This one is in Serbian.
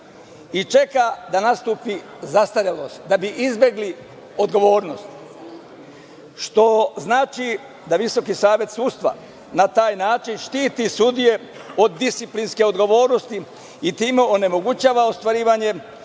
i čeka da nastupi zastarelost, da bi izbegli odgovornost, što znači da VSS na taj način štiti sudije od disciplinske odgovornosti i time onemogućava ostvarivanje